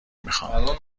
میخام